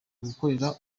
gukorera